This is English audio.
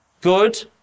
good